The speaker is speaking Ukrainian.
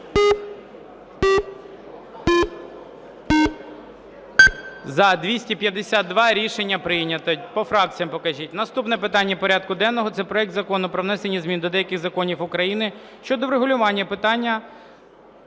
За-252 Рішення прийнято. По фракціях покажіть. Наступне питання порядку денного – це проект Закону про внесення змін до деяких законів України щодо врегулювання питання